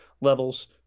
levels